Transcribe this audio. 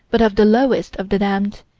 but of the lowest of the damned,